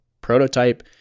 prototype